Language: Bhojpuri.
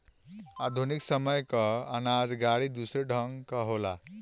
आधुनिक समय कअ अनाज गाड़ी दूसरे ढंग कअ होला